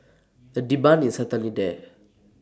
the demand is certainly there